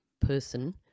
person